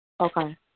Okay